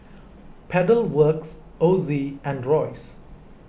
Pedal Works Ozi and Royce